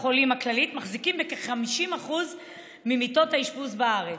חולים הכללית מחזיקים בכ-50% ממיטות האשפוז בארץ.